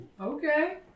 Okay